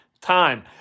time